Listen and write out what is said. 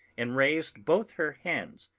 and raised both her hands,